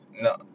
No